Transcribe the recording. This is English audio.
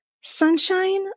sunshine